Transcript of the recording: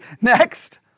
next